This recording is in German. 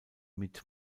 mit